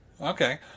Okay